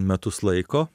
metus laiko